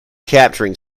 capturing